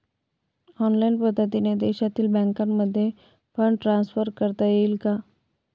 Online पद्धतीने देशातील बँकांमध्ये फंड ट्रान्सफर करता येईल का?